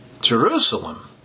Jerusalem